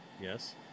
Yes